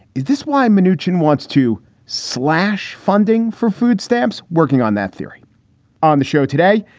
is this why manoogian wants to slash funding for food stamps? working on that theory on the show today,